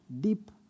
deep